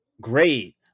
Great